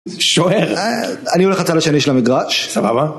שוער! אני הולך לצד השני של המגרש. סבבה.